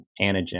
antigen